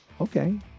okay